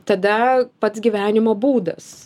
tada pats gyvenimo būdas